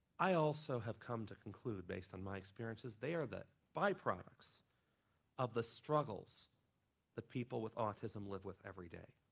i also have come to conclude based on my experiences, they are the byproducts of the struggles that people with autism live with every day.